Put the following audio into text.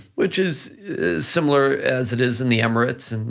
which is is similar as it is in the emirates and